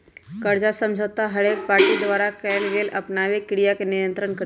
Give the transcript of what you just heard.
कर्जा समझौता हरेक पार्टी द्वारा कएल गेल आपनामे क्रिया के नियंत्रित करई छै